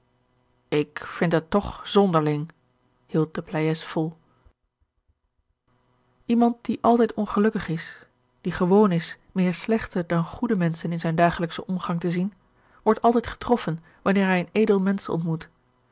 ik vind het toch zonderling hield de pleyes vol iemand die altijd ongelukkig is die gewoon is meer slechte dan goede menschen in zijn dagelijkschen omgang te zien wordt altijd getroffen wanneer hij een edel mensch ontmoet